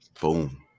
Boom